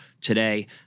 today